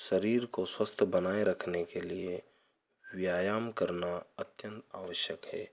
शरीर को स्वस्थ बनाए रखने के लिए व्यायाम करना अत्यंत आवश्यक है